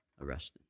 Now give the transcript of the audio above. arrested